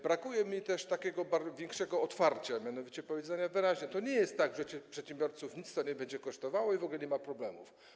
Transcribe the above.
Brakuje mi też większej otwartości, mianowicie powiedzenia wyraźnie: to nie jest tak, że przedsiębiorców nic to nie będzie kosztowało, i w ogóle nie ma problemów.